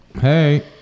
hey